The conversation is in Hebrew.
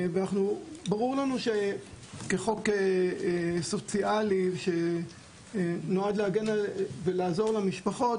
ברור לנו שכחוק סוציאלי שנועד להגן ולעזור למשפחות,